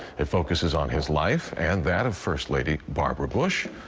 it focuses on his life and that of first lady barbara bush,